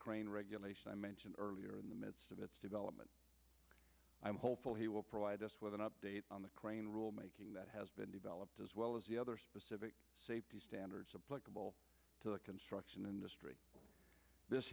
crane regulation i mentioned earlier in the midst of its development i'm hopeful he will provide us with an update on the crane rulemaking that has been developed as well as the other specific safety standards apply campbell to the construction industry this